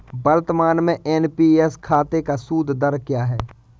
वर्तमान में एन.पी.एस खाते का सूद दर क्या है?